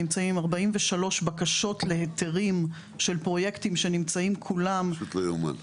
נמצאים 43 בקשות להיתרים של פרויקטים שנמצאים כולם --- פשוט לא יאומן.